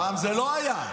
פעם זה לא היה.